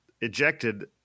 ejected